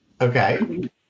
Okay